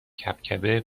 کبکبه